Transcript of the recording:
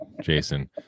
Jason